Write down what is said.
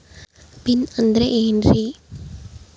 Pin ಅಂದ್ರೆ ಏನ್ರಿ?